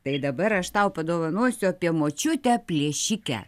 tai dabar aš tau padovanosiu apie močiutę plėšikę